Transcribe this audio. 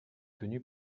tenus